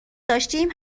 داشتیم